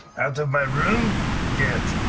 out of my room get.